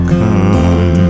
come